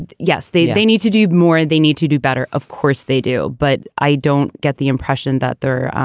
and yes. they. they need to do more. they need to do better. of course they do. but i don't get the impression that they're